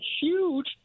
huge